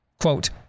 Quote